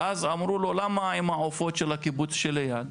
שאלו אותו למה עם העופות של הקיבוץ של ליד?